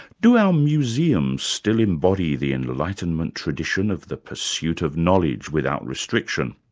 do our museums still embody the enlightenment tradition of the pursuit of knowledge without restriction?